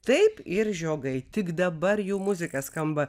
taip ir žiogai tik dabar jų muzika skamba